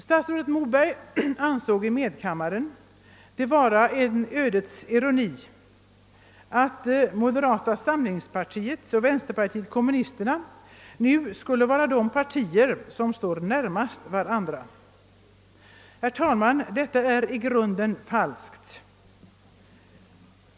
Statsrådet Moberg yttrade i medkammaren att han ansåg det vara en ödets ironi att moderata samlingspartiet och vänsterpartiet kommunisterna nu skulle vara de partier som stod närmast varandra. Herr talman! Detta är i grunden falskt.